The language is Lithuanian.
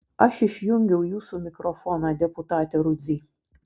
aš išjungiau jūsų mikrofoną deputate rudzy